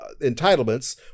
entitlements